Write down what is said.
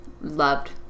loved